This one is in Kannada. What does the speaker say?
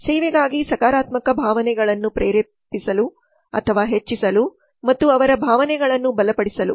ಸೇವೆಗಾಗಿ ಸಕಾರಾತ್ಮಕ ಭಾವನೆಗಳನ್ನು ಪ್ರೇರೇಪಿಸಲು ಅಥವಾ ಹೆಚ್ಚಿಸಲು ಮತ್ತು ಅವರ ಭಾವನೆಗಳನ್ನು ಬಲಪಡಿಸಲು